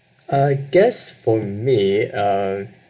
I guess for me err